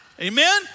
amen